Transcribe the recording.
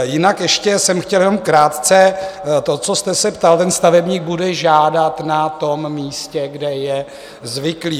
Jinak ještě jsem chtěl jenom krátce to, co jste se ptal: stavebník bude žádat na tom místě, kde je zvyklý.